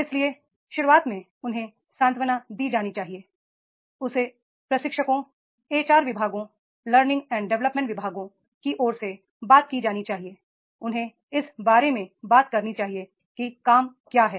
इसलिए शुरुआत में उन्हें सांत्वना दी जानी चाहिए उसे प्रशिक्षकों एच आर विभागों लर्निंग और डेवलपमेन्ट विभागों की ओर से बात की जानी चाहिए उन्हें इस बारे में बात करनी चाहिए कि काम क्या है